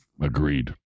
agreed